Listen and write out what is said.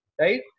right